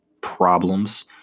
problems